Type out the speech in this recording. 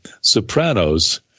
Sopranos